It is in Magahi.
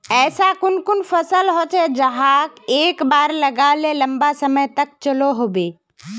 ऐसा कुन कुन फसल होचे जहाक एक बार लगाले लंबा समय तक चलो होबे?